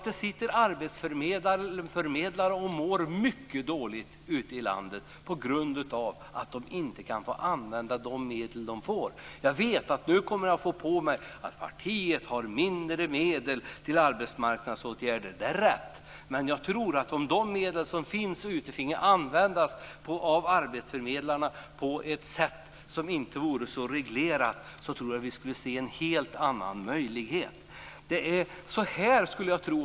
Det sitter arbetsförmedlare ute i landet som mår mycket dåligt på grund av att de inte får använda de medel som de fått. Jag vet att jag kommer att få höra: Partiet har mindre medel till arbetsmarknadsåtgärder. Det är rätt, men jag tror att om de medel som finns fick användas av arbetsförmedlarna på ett sätt som inte var så reglerat, skulle vi se helt andra möjligheter.